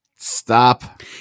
Stop